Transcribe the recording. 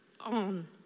on